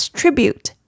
tribute